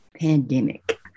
Pandemic